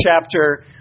chapter